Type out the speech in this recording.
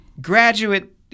graduate